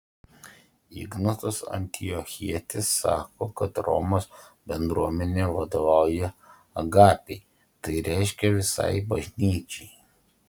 ignotas antiochietis sako kad romos bendruomenė vadovauja agapei tai reiškia visai bažnyčiai